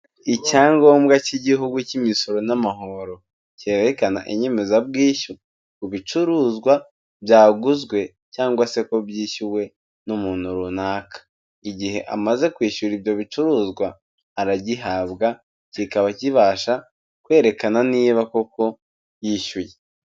Icyangombwa cy'igihugu cy'imisoro n'amahoro cyerekana inyemezabwishyu ko ibicuruzwa byaguzwe cyangwa se ko byishyuwe n'umuntu runaka, igihe amaze kwishyura ibyo bicuruzwa aragihabwa kikaba kibasha kwerekana niba koko yishyuye.